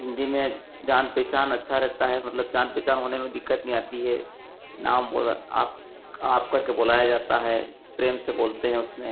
हिन्दी में जान पहचान अच्छा रहता है मतलब जान पहचान होने में दिक्कत नहीं आती है नाम बोला आप करके बुलाया जाता है प्रेम से बोलते हैं उसमें